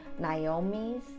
Naomi's